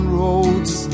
roads